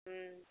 ம்